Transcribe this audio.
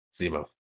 Zemo